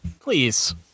Please